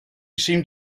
seemed